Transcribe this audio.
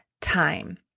time